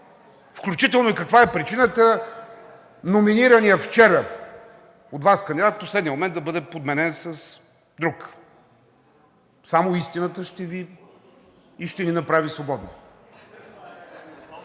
Включително и каква е причината номинираният вчера от Вас кандидат в последния момент да бъде подменен с друг? Само истината ще Ви и ще ни направи свободни.